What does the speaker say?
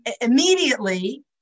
immediately